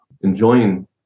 enjoying